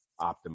optimize